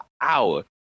hour